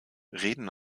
reden